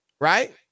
right